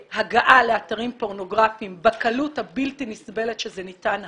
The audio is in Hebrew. הגעה לאתרים פורנוגרפיים בקלות הבלתי נסבלת שזה ניתן היום,